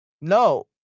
No